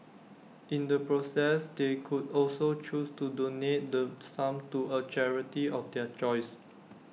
in the process they could also choose to donate the sum to A charity of their choice